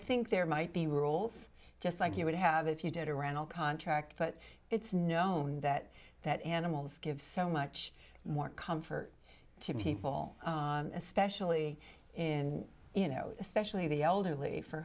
think there might be rolf just like you would have if you did around all contract but it's known that that animals give so much more comfort to people especially in you know especially the elderly for